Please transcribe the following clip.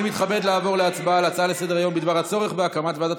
אני מתכבד לעבור להצבעה על ההצעה לסדר-היום בדבר הצורך בהקמת ועדת